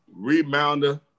Rebounder